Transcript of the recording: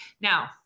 Now